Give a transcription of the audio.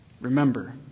remember